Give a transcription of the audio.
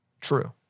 True